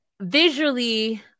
visually